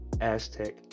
Aztec